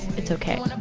it's ok